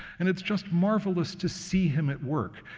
and it's just marvelous to see him at work,